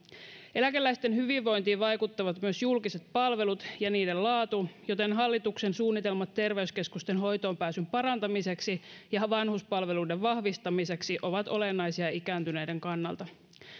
eläkeläisten hyvinvointiin vaikuttavat myös julkiset palvelut ja niiden laatu joten hallituksen suunnitelmat terveyskeskusten hoitoonpääsyn parantamiseksi ja vanhuspalveluiden vahvistamiseksi ovat olennaisia ikääntyneiden kannalta